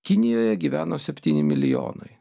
kinijoje gyveno septyni milijonai